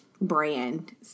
brand